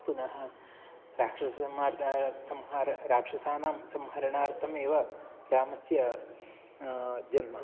पुनः राक्षसंहार्त संहार राक्षसानां संहरणार्थम् एव रामस्य जन्म